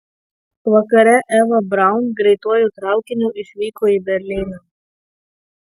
vakare eva braun greituoju traukiniu išvyko į berlyną